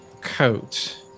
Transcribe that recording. coat